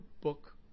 book